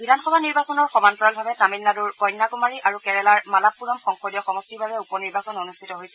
বিধানসভাৰ নিৰ্বাচনৰ সমান্তৰলভাৱে তামিলনাডুৰ কন্যাকুমাৰী আৰু কেৰালাৰ মালাপ্পুৰম সংসদীয় সমষ্টিৰৰ বাবে উপ নিৰ্বাচন অনুষ্ঠিত হৈছে